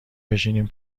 بشنیم